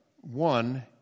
One